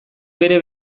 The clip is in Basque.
bere